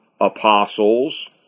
apostles